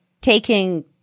taking